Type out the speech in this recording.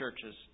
churches